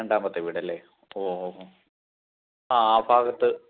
രണ്ടാമത്തെ വീടല്ലേ ഓഹ് ഓഹ് ഓഹ് ആ ആ ഭാഗത്ത്